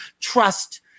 trust